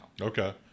Okay